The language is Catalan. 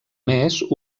més